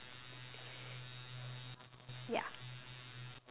ya